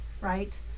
right